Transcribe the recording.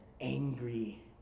angry